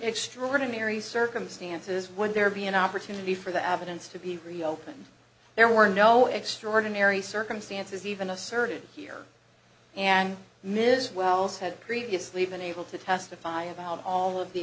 extraordinary circumstances would there be an opportunity for the average insta be reopened there were no extraordinary circumstances even asserted here and ms wells had previously been able to testify about all of the